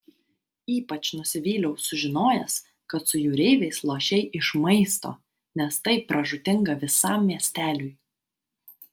ypač nusivyliau sužinojęs kad su jūreiviais lošei iš maisto nes tai pražūtinga visam miesteliui